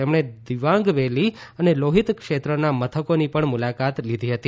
તેમણે દીબાંગ વેલી તથા લોહિત ક્ષેત્રના મથકોની પણ મુલાકાત લીધી હતી